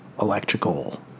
electrical